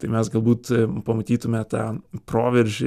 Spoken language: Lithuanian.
tai mes galbūt pamatytume tą proveržį